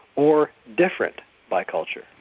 or different by culture.